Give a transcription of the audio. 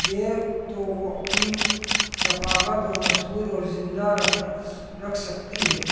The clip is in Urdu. دے تو وہ اپنی ثقافت اور مضبوط اور زندہ رکھنے رکھ سکتی ہے